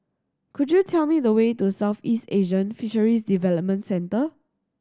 could you tell me the way to Southeast Asian Fisheries Development Centre